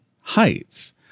heights